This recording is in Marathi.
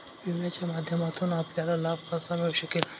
विम्याच्या माध्यमातून आपल्याला लाभ कसा मिळू शकेल?